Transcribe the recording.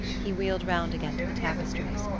he wheeled round again to the tapestries.